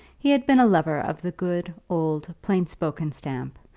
he had been a lover of the good, old, plainspoken stamp,